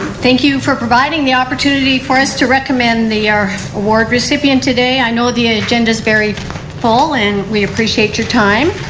thank you for providing the opportunity for us to recommend the award recipient today. i know the ah agenda is very full. and we appreciate your time.